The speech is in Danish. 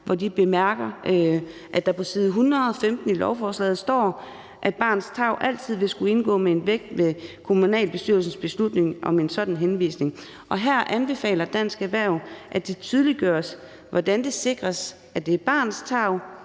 når de bemærker, at der på side 115 i lovforslaget står, at barnets tarv altid vil skulle indgå med en vægt ved kommunalbestyrelsens beslutning om en sådan henvisning. Her anbefaler Dansk Erhverv, at det tydeliggøres, hvordan det sikres, at det er barnets tarv